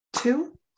two